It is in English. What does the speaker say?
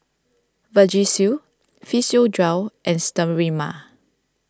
Vagisil Physiogel and Sterimar